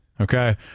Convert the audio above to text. Okay